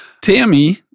Tammy